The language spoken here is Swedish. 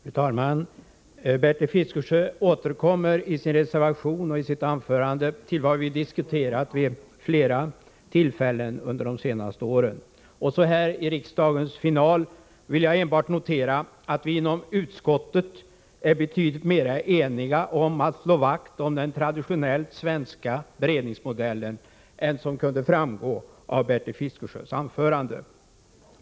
Fru talman! Bertil Fiskesjö återkommer i sin reservation och i sitt anförande till vad vi diskuterat vid flera tillfällen under de senaste åren. Så här i riksdagens final vill jag enbart notera att vi inom utskottet är betydligt mera eniga om att slå vakt om den traditionellt svenska beredningsmodellen än som kunde framgå av Bertil Fiskesjös anförande.